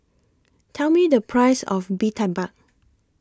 Tell Me The Price of Bee Tai Mak